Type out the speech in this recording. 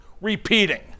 repeating